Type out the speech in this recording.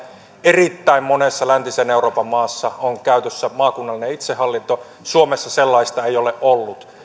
erittäin monessa läntisen euroopan maassa on käytössä maakunnallinen itsehallinto suomessa sellaista ei ole ollut